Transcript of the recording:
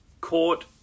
court